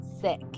sick